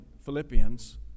Philippians